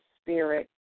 Spirit